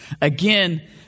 Again